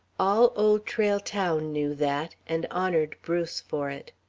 all old trail town knew that, and honoured bruce for it.